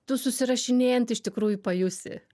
tu susirašinėjant iš tikrųjų pajusi